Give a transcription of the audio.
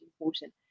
important